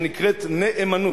שנקראת נאמנות.